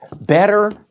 better